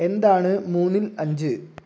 എന്താണ് മൂന്നിൽ അഞ്ച്